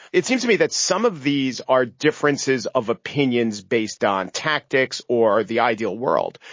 it seems to me that some of these are differences of opinions based on tactics or the ideal world.